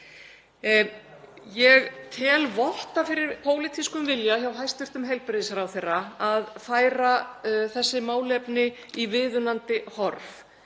Ég tel votta fyrir pólitískum vilja hjá hæstv. heilbrigðisráðherra til að færa þessi málefni í viðunandi horf